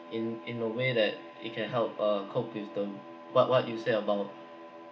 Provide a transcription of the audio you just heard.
in in a way that it can help uh cope with the what what you said about